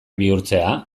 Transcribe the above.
bihurtzea